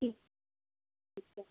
ਠੀਕ